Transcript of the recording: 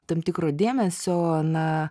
tam tikro dėmesio na